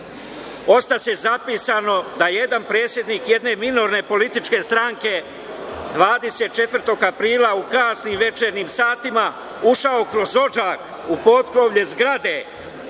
ostaće zapisano da jedan predsednik jedne minorne političke stranke 24. aprila u kasnim večernjim satima je ušao kroz odžak u potkrovlje zgrade